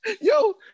Yo